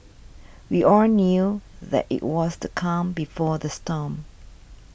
we all knew that it was the calm before the storm